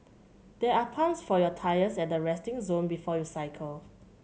there are pumps for your tyres at the resting zone before you cycle